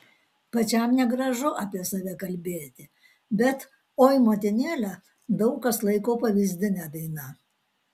pačiam negražu apie save kalbėti bet oi motinėle daug kas laiko pavyzdine daina